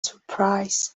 surprise